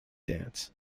dance